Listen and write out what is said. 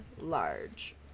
large